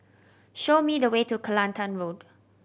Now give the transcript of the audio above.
show me the way to Kelantan Road